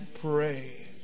pray